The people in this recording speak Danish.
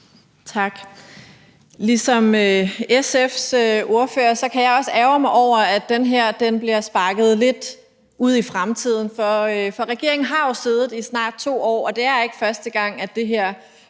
Tak. Ligesom SF's ordfører kan jeg også ærgre mig over, at det her bliver sparket lidt ud i fremtiden, for regeringen har jo siddet i snart 2 år, og det er ikke første gang, at det her